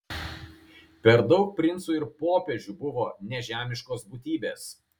per daug princų ir popiežių buvo nežemiškos būtybės